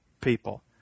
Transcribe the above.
people